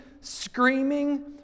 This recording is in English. screaming